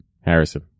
Harrison